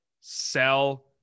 sell